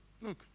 Look